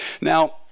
Now